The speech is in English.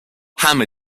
hammer